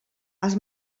els